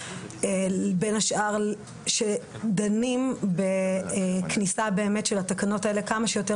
בין השאר שדנים בכניסה של התקנות האלה כמה שיותר